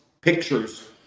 pictures